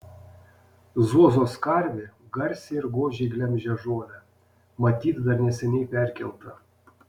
zuozos karvė garsiai ir godžiai glemžia žolę matyt dar neseniai perkelta